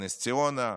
בנס ציונה,